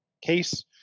case